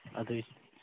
ꯑꯗꯨꯏ